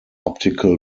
optical